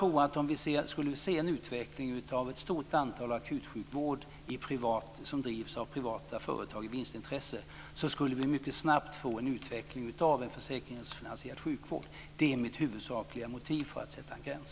Om vi skulle se en utveckling av ett stort antal akutsjukhus som drivs av privata företag i vinstintresse så tror jag att vi mycket snabbt skulle få en utveckling av en försäkringsfinansierad sjukvård. Det är mitt huvudsakliga motiv för att sätta en gräns.